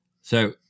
So-